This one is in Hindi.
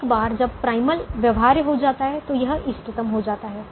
एक बार जब प्राइमल व्यवहार्य हो जाता है तो यह इष्टतम हो जाता है